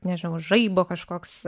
nežinau žaibo kažkoks